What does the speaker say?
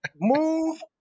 move